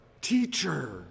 teacher